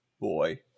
Boy